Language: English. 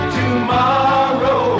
tomorrow